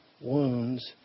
wounds